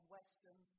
Western